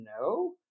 no